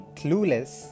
clueless